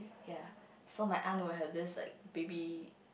ya so my aunt would have this like baby